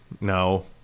No